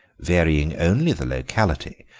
varying only the locality,